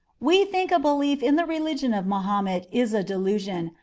we think a belief in the religion of mahomet is a delusion,